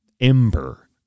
ember